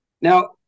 Now